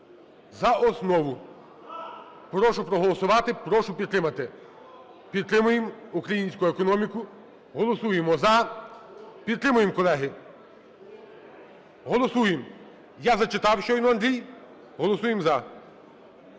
за основу. Прошу проголосувати. Прошу підтримати. Підтримуємо українську економіку, голосуємо "за". Підтримуємо, колеги. Голосуємо. Я зачитав щойно, Андрій. Голосуємо "за".